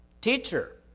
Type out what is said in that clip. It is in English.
Teacher